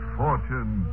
fortune